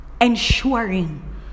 Ensuring